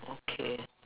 okay